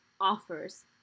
offers